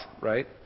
right